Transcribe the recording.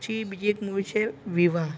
પછી બીજી એક મુવી છે વિવાહ